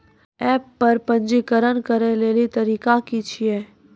App पर पंजीकरण करै लेली तरीका की छियै?